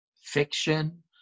fiction